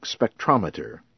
Spectrometer